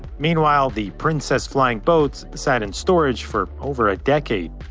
meanwhile, the princess flying boats sat in storage for over a decade.